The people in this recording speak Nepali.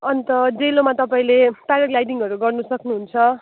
अन्त डेलोमा तपाईँले पाराग्लाइडिङहरू गर्न सक्नुहुन्छ